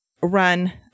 run